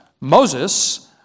Moses